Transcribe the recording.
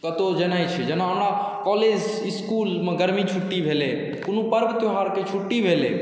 कतहुँ जेनाइ छै जेना हमर कॉलेज इसकुलमे गर्मी छुट्टी भेलै कोनो पर्व त्यौहारके छुट्टी भेलै